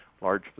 large